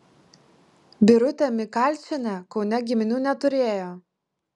birutė mikalčienė kaune giminių neturėjo